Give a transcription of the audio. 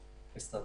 נכון.